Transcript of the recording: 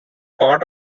part